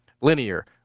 linear